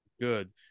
Good